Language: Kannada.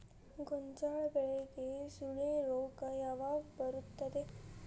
ಗೋಂಜಾಳ ಬೆಳೆಗೆ ಸುಳಿ ರೋಗ ಯಾವಾಗ ಬರುತ್ತದೆ?